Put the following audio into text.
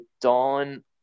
Dawn